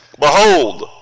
Behold